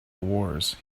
wars